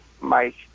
Mike